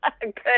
Good